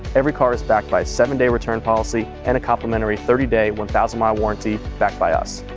every car is backed by a seven-day return policy and a complimentary thirty day, one thousand mile warranty backed by us.